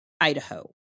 Idaho